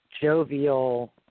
jovial –